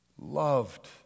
loved